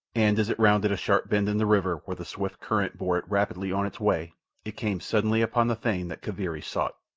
and as it rounded a sharp bend in the river where the swift current bore it rapidly on its way it came suddenly upon the thing that kaviri sought.